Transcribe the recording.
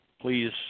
please